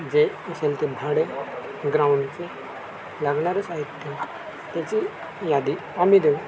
जे असेल ते भाडे ग्राउंडचे लागणारं साहित्य त्याची यादी आम्ही देऊ